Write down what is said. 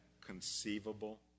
conceivable